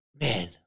man